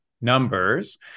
numbers